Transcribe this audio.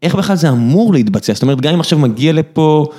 איך בכלל זה אמור להתבצע, זאת אומרת, גם אם עכשיו מגיע לפה...